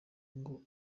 ngo